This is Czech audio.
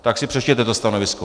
Tak si přečtěte to stanovisko.